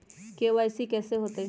KYC कैसे होतई?